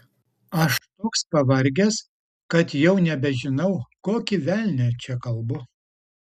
aš toks pavargęs kad jau nebežinau kokį velnią čia kalbu